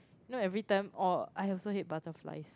know everytime oh I also hate butterflies